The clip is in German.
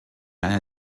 einer